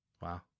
Wow